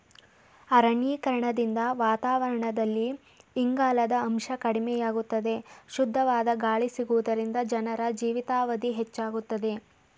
ಅರಣ್ಯೀಕರಣದಿಂದ ವಾತಾವರಣದಲ್ಲಿ ಇಂಗಾಲದ ಅಂಶ ಕಡಿಮೆಯಾಗುತ್ತದೆ, ಶುದ್ಧವಾದ ಗಾಳಿ ಸಿಗುವುದರಿಂದ ಜನರ ಜೀವಿತಾವಧಿ ಹೆಚ್ಚಾಗುತ್ತದೆ